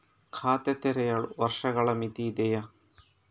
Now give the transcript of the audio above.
ಖಾತೆ ತೆರೆಯಲು ವರ್ಷಗಳ ಮಿತಿ ಇದೆಯೇ?